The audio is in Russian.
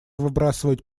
выбрасывать